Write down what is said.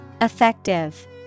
Effective